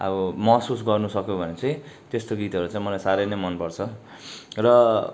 अब महसुस गर्नुसक्यो भने चाहिँ त्यस्तो गीतहरू चाहिँ मलाई साह्रै नै मनपर्छ र